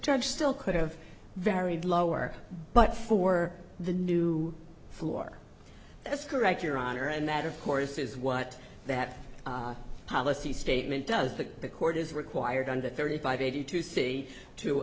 judge still could have varied lower but for the new floor that's correct your honor and that of course is what that policy statement does that the court is required under thirty five eighty two